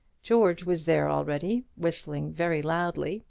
george was there already, whistling very loudly,